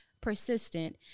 persistent